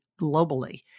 globally